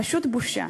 פשוט בושה.